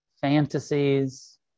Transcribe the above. fantasies